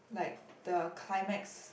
like the climax